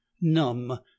numb